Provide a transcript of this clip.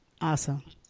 awesome